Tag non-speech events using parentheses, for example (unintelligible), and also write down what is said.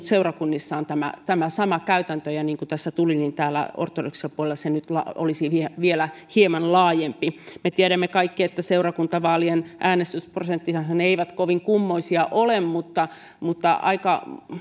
(unintelligible) seurakunnissa on tämä tämä sama käytäntö niin kuin tässä tuli esille täällä ortodoksisella puolella se nyt olisi vielä hieman laajempi me tiedämme kaikki että seurakuntavaalien äänestysprosentithan eivät kovin kummoisia ole mutta mutta aika